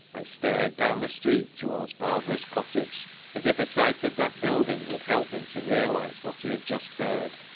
and stared down the street towards barbara's cottage, as if a sight of that building would help him to realise what he had just heard.